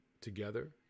together